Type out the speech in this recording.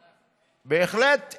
בהחלט,